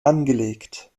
angelegt